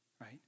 right